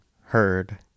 heard